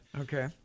Okay